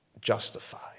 justified